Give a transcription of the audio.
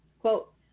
Quote